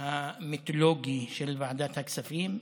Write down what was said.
המיתולוגי של ועדת הכספים,